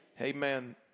Amen